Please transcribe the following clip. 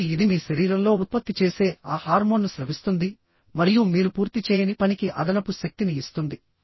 కాబట్టి ఇది మీ శరీరంలో ఉత్పత్తి చేసే ఆ హార్మోన్ను స్రవిస్తుంది మరియు మీరు పూర్తి చేయని పనికి అదనపు శక్తిని ఇస్తుంది